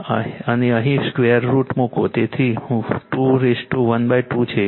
અને અહીં square root મૂકો તેથી 2 ½ છે